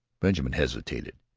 benjamin hesitated.